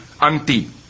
anti